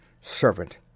Servant